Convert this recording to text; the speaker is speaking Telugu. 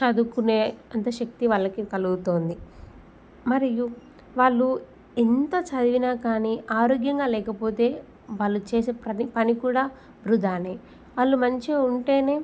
చదువుకునే అంత శక్తి వాళ్ళకి కలుగుతుంది మరియు వాళ్ళు ఎంత చదివినా కానీ ఆరోగ్యంగా లేకపోతే వాళ్ళు చేసే ప్రతి పని కూడా వృధానే వాళ్ళు మంచిగా ఉంటేనే